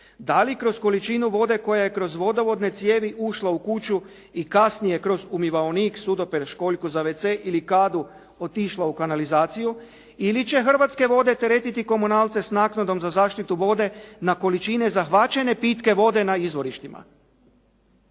Da li kroz količinu vode koja je kroz vodovodne cijevi ušla u kuću i kasnije kroz umivaonik, sudoper, školjku za WC ili kadu otišla u kanalizaciju ili će Hrvatske vode teretiti komunalce sa naknadom za zaštitu vode na količine zahvaćene pitke vode na izvorištima.